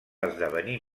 esdevenir